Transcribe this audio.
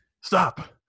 Stop